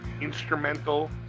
instrumental